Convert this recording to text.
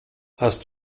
hast